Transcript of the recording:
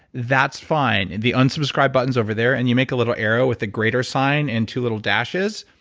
that's fine. the unsubscribe button's over there. and you make a little arrow with a greater sign and two little dashes.